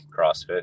crossfit